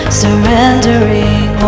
surrendering